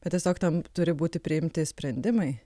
bet tiesiog tam turi būti priimti sprendimai